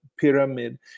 pyramid